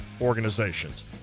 organizations